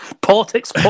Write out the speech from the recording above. Politics